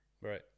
right